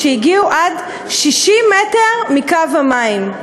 שהגיעו עד 60 מטר מקו המים.